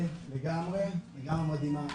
לגמרי, לגמרי מדהימה.